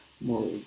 more